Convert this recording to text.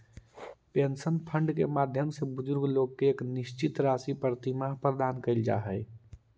pension fund के माध्यम से बुजुर्ग लोग के एक निश्चित राशि प्रतिमाह प्रदान कैल जा हई